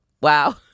Wow